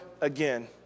again